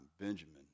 Benjamin